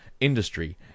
industry